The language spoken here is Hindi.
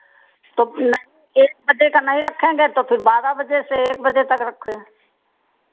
तो नहीं एक बजे का नहीं रखेंगे तो फिर बारह बजे से एक बजे तक रखें